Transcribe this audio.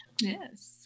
Yes